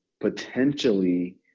potentially